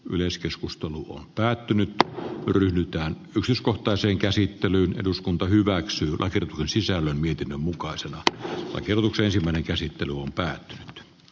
yleiskeskustelu on päättynyt kylmiltään kusyskohtaiseen käsittelyyn eduskunta hyväksyi kirkon sisällä mietin mukaisella lancelot asian käsittely keskeytetään